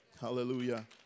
Hallelujah